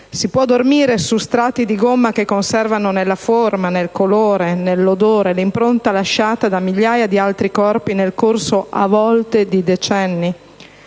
Si può dormire su strati di gomma che conservano nella forma, nel colore, nell'odore, l'impronta lasciata da migliaia di altri corpi nel corso di decenni?